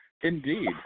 Indeed